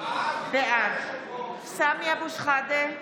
בעד סמי אבו שחאדה,